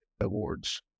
awards